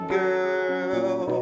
girl